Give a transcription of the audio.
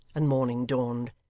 and morning dawned,